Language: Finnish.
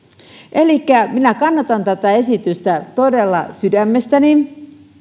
elikkä minä kannatan tätä esitystä todella sydämestäni